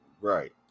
Right